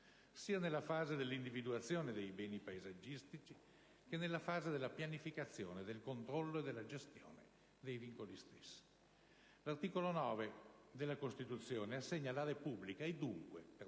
sia nella fase dell'individuazione dei beni paesaggistici, che in quella della pianificazione, del controllo e della gestione dei vincoli stessi. L'articolo 9 della Costituzione assegna alla Repubblica e, dunque, per